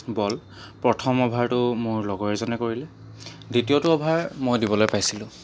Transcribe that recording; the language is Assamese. বল প্ৰথম অভাৰটো মোৰ লগৰ এজনে কৰিলে দ্বিতীয়টো অভাৰ মই দিবলৈ পাইছিলোঁ